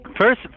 First